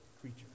creature